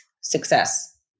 success